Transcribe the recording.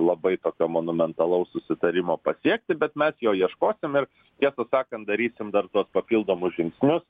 labai tokio monumentalaus sutarimo pasiekti bet mes jo ieškosim ir tiesą sakant darysim dar tuos papildomus žingsnius